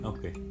Okay